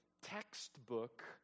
textbook